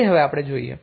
તે હવે આપણે જોઈએ